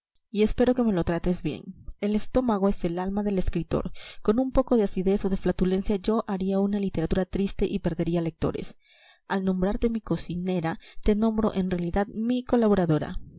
y espero que me lo trates bien el estómago es el alma del escritor con un poco de acidez o de flatulencia yo haría una literatura triste y perdería lectores al nombrarte mi cocinera te nombro en realidad mi colaboradora